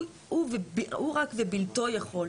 הוא רק ובלתו יכול.